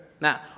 Now